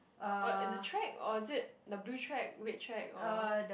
oh at the track oh is it the blue track which track or